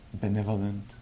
benevolent